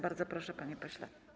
Bardzo proszę, panie pośle.